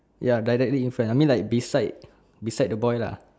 ya directly in front I mean like beside beside the boy lah